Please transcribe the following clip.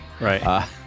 Right